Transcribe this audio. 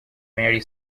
mere